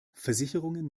versicherungen